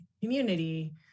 community